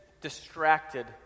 distracted